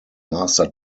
master